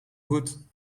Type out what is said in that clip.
goed